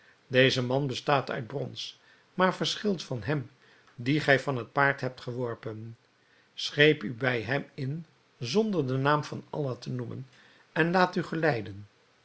deze man bestaat uit brons maar verschilt van hem dien gij van het paard hebt geworpen scheep u bij hem in zonder den naam van allah te noemen en laat u geleiden